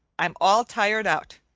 i'm all tired out.